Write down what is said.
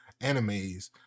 animes